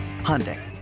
Hyundai